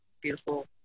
beautiful